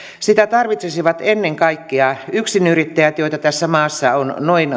sitä tarvitsisivat ennen kaikkea yksin yrittäjät joita tässä maassa on noin